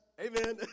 Amen